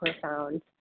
profound